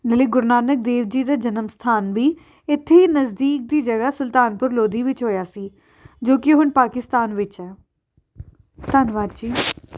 ਨਾਲੇ ਗੁਰੂ ਨਾਨਕ ਦੇਵ ਜੀ ਦਾ ਜਨਮ ਸਥਾਨ ਵੀ ਇੱਥੇ ਨਜ਼ਦੀਕ ਦੀ ਜਗ੍ਹਾ ਸੁਲਤਾਨਪੁਰ ਲੋਧੀ ਵਿੱਚ ਹੋਇਆ ਸੀ ਜੋ ਕਿ ਹੁਣ ਪਾਕਿਸਤਾਨ ਵਿੱਚ ਹੈ ਧੰਨਵਾਦ ਜੀ